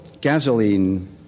gasoline